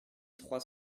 trois